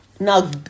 Now